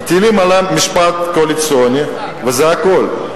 מטילים עליהם משמעת קואליציונית, וזה הכול.